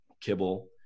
kibble